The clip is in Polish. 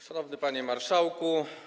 Szanowny Panie Marszałku!